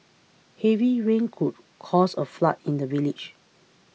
heavy rains could caused a flood in the village